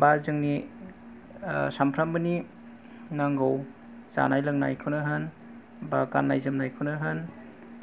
बा जोंनि सानफ्रोमबोनि नांगौ जानाय लोंनायखौनो होन बा गाननाय जोमनायखौनो होन